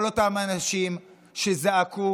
כל אותם אנשים שזעקו,